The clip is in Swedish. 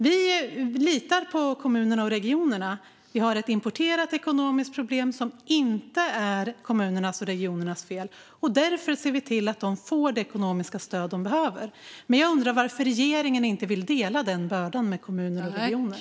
Vi litar på kommunerna och regionerna. Vi har ett importerat ekonomiskt problem som inte är kommunernas och regionernas fel. Därför ser vi till att de får det ekonomiska stöd de behöver. Men jag undrar varför regeringen inte vill dela den bördan med kommuner och regioner.